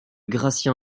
gratien